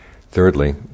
thirdly